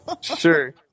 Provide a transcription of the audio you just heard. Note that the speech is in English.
Sure